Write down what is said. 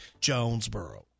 Jonesboro